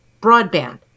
broadband